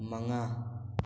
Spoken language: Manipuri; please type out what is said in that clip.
ꯃꯉꯥ